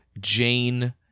Jane